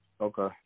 okay